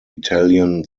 italian